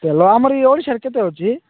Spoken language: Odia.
ତେଲ ଆମର ଇ ଓଡ଼ିଶାର୍ କେତେ ଅଛି